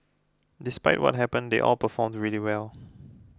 despite what happened they all performed really well